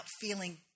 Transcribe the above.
feeling